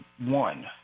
one